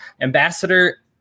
Ambassador